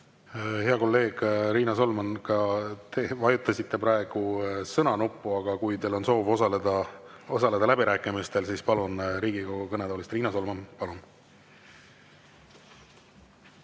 Hea kolleeg Riina Solman, te vajutasite praegu sõna-nuppu, aga kui teil on soov osaleda läbirääkimistel, siis palun Riigikogu kõnetoolist. Riina Solman, palun!